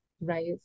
right